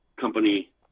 Company